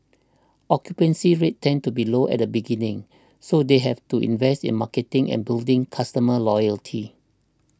occupancy rates tend to be low at the beginning so they have to invest in marketing and building customer loyalty